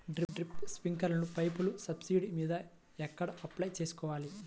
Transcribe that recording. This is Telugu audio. డ్రిప్, స్ప్రింకర్లు పైపులు సబ్సిడీ మీద ఎక్కడ అప్లై చేసుకోవాలి?